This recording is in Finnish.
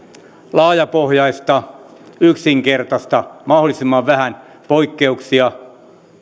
laajapohjaista yksinkertaista mahdollisimman vähän poikkeuksia